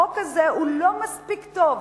החוק הזה הוא לא מספיק טוב,